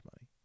money